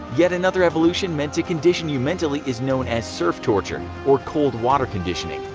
yet another evolution meant to condition you mentally is known as surf torture, or cold water conditioning.